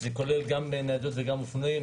וזה כולל גם ניידות וגם אופנועים.